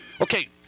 okay